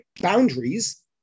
boundaries